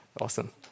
Awesome